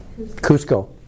Cusco